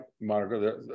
Monica